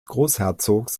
großherzogs